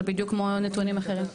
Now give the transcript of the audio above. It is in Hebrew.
זה בדיוק כמו נתונים אחרים.